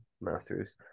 master's